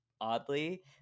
oddly